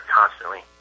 constantly